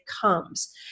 comes